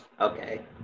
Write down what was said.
Okay